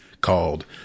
called